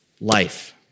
life